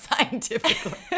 scientifically